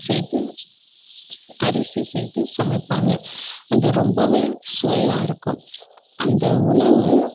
சேர்த்து அரிசி சேர்த்து சமைப்பாங்க அது ரொம்பவே சுவையாக இருக்கும் அந்த உணவு